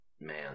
man